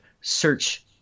search